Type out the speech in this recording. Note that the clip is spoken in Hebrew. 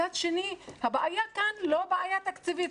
מצד שני, הבעיה כאן לא בעיה תקציבית.